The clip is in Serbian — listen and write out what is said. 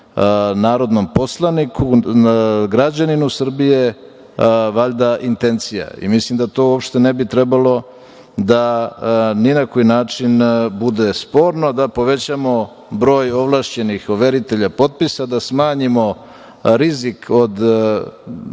narodnom poslaniku, građaninu Srbije valjda intencija i mislim da to uopšte ne bi trebalo ni na koji način da bude sporno, da povećamo broj ovlašćenih overitelja potpisa, da smanjimo rizik od